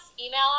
Email